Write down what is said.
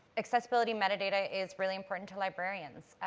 accessibility metadata is really important to librarians.